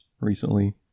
recently